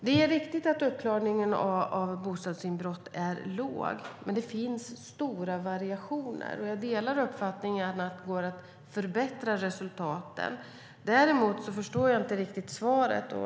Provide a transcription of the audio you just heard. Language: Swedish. Det är riktigt att uppklaringen av bostadsinbrott är låg, men det finns stora variationer. Jag delar uppfattningen att det går att förbättra resultaten. Däremot förstår jag inte riktigt svaret.